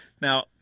Now